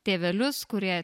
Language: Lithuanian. tėvelius kurie